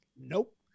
nope